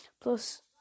Plus